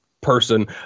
person